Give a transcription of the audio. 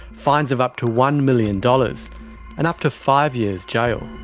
fines of up to one million dollars and up to five years jail.